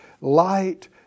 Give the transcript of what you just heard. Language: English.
light